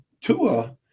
Tua